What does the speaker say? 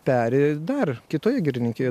peri dar kitoje girininkijo